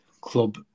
club